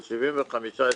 של 75-25,